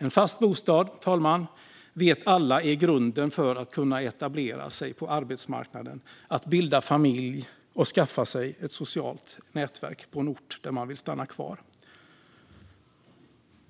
En fast bostad vet alla är grunden för att kunna etablera sig på arbetsmarknaden, bilda familj och skaffa sig ett socialt nätverk på en ort där man vill stanna kvar.